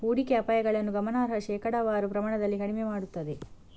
ಹೂಡಿಕೆ ಅಪಾಯಗಳನ್ನು ಗಮನಾರ್ಹ ಶೇಕಡಾವಾರು ಪ್ರಮಾಣದಲ್ಲಿ ಕಡಿಮೆ ಮಾಡುತ್ತದೆ